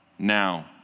Now